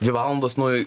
dvi valandos nu